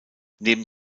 neben